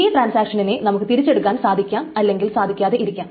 ഈ ട്രാന്സാക്ഷനിനെ നമുക്ക് തിരിച്ചെടുക്കാൻ സാധിക്കാം അല്ലെങ്കിൽ സാധിക്കാതെ ഇരിക്കാം